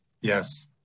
Yes